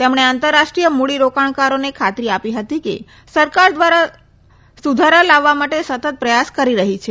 તેમણે આંતરરાષ્ટ્રીય મુડી રોકાણકારોને ખાતરી આપી હતી કે સરકાર સુધારા લાવવા માટે સતત પ્રયાસ કરી રહી છે